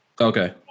Okay